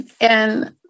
And-